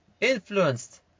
influenced